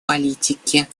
политике